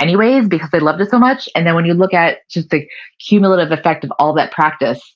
anyways because they loved it so much. and then when you look at just the cumulative effect of all that practice,